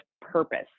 purpose